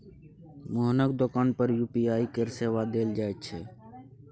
मोहनक दोकान पर यू.पी.आई केर सेवा देल जाइत छै